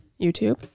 YouTube